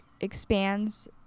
expands